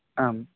आम्